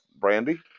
Brandy